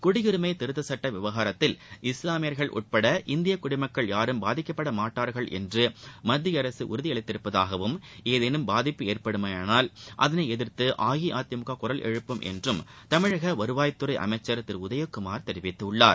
குடியுரிமை திருத்தச் சுட்டம் விவகாரத்தில் இஸ்லாமியர்கள் உட்பட இந்திய குடிமக்கள் யாரும் பாதிக்கப்பட்ட மாட்டார்கள் என்று மத்திய அரசு உறுதி அளித்திருப்பதாகவும் ஏதேனும் பாதிப்பு ஏற்படுமேயானால் அதனை எதிர்த்து அஇஅதிமுக சுரல் எழுப்பும் என்று தமிழக வருவாய் துறை அமைச்சர் திரு உதயகுமார் தெரிவித்துள்ளார்